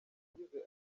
yagize